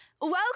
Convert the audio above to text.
Welcome